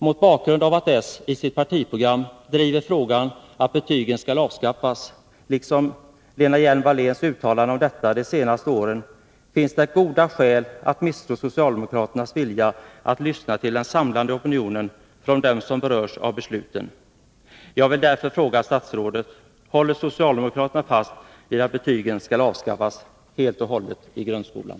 Mot bakgrund av att socialdemokraterna i sitt partiprogram driver frågan att betygen skall avskaffas, liksom Lena Hjelm-Walléns uttalanden om detta de senaste åren, finns det goda skäl att misstro socialdemokraternas vilja att lyssna till den samlade opinionen från dem som berörs av besluten. Jag vill därför fråga statsrådet: Håller socialdemokraterna fast vid att betygen skall avskaffas helt och hållet i grundskolan?